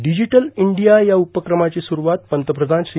digital India या उपक्रमाची सुस्वात पंतप्रधान श्री